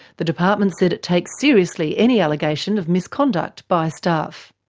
the department said it takes seriously any allegation of misconduct by staff.